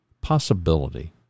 possibility